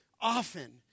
often